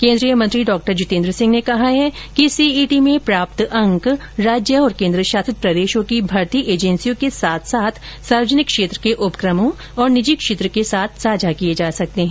केंद्रीय मंत्री डॉक्टर जितेन्द्र सिंह ने कहा कि सीईटी में प्राप्त अंक राज्य और केंद्र शासित प्रदेशों की भर्ती एजेंसियों के साथ साथ सार्वजनिक क्षेत्र के उपक्रमों तथा निजी क्षेत्र के साथ साझा किये जा सकते हैं